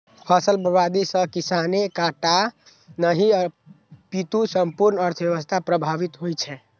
फसल बर्बादी सं किसाने टा नहि, अपितु संपूर्ण अर्थव्यवस्था प्रभावित होइ छै